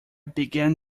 began